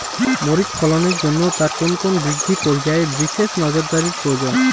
মরিচ ফলনের জন্য তার কোন কোন বৃদ্ধি পর্যায়ে বিশেষ নজরদারি প্রয়োজন?